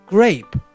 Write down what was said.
Grape